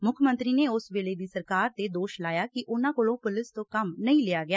ਮੁੱਖ ਮੰਤਰੀ ਨੇ ਉਸ ਵਲੇ ਦੀ ਸਰਕਾਰ ਤੇ ਦੋਸ਼ ਲਾਇਆ ਕਿ ਉਨੂਂ ਕੋਲੋਂ ਪੁਲਿਸ ਤੋਂ ਕੰਮ ਨਹੀਂ ਲਿਆ ਗਿਆ